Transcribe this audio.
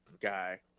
guy